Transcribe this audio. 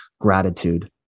gratitude